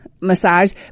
massage